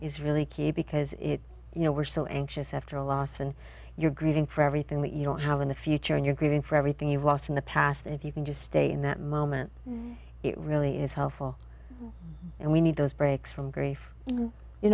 really key because you know we're so anxious after a loss and you're grieving for everything that you don't have in the future and you're grieving for everything you've lost in the past if you can just stay in that moment it really is helpful and we need those breaks from grief y